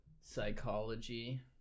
psychology